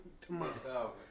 tomorrow